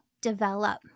develop